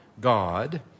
God